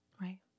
Right